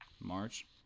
March